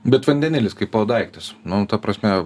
bet vandenilis kaipo daiktas nu ta prasme